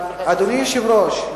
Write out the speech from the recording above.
אדוני היושב-ראש,